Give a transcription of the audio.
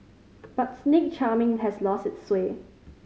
but snake charming has lost its sway